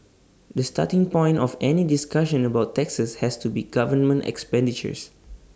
the starting point of any discussion about taxes has to be government expenditures